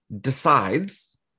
decides